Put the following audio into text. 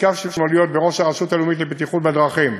ביקשתי ממנו לעמוד בראש הרשות הלאומית לבטיחות בדרכים,